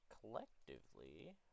collectively